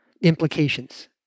implications